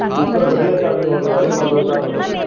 cooker ਵਧੀਆ starting ਹੋਵੇ ਸਾਢੇ ਕੁ ਪੰਜ ਸੌ ਤੋਂ ਸਟਾਰਟ ਹੋ ਜਾਂਦੇ ਨੇ ਜੀ